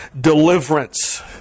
deliverance